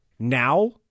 Now